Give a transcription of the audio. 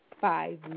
five